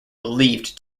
believed